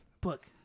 book